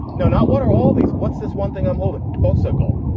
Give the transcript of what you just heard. no, not what are all these? what's this one thing i'm holding tosa goal.